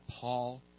Paul